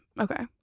Okay